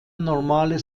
normale